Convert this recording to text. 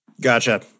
Gotcha